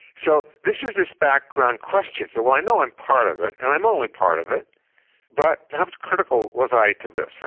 so this is this background question. so i know i'm part of it, and i'm only part of it but how critical was i to this?